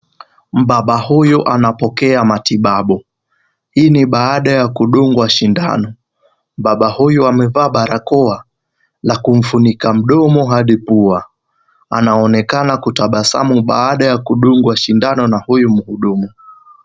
Mbaba huyu anapokea matibabu, hii ni baada ya kudungwa sindano. Mbaba huyu amevaa barakoa na kumfunika mdomo hadi pua. Anaonekana kutabasamu baada ya kudungwa sindano na huyu mhudumu.